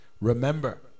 Remember